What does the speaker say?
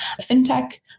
fintech